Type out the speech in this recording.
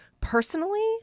Personally